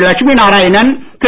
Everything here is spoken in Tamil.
லட்சுமி நாராயணன் திரு